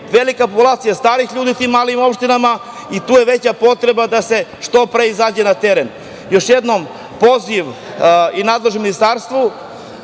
velika populacija starih ljudi u tim malim opštinama i tu je veća potreba da se što pre izađe na teren. Još jednom poziv i nadležnom ministarstvu,